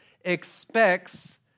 expects